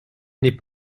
n’est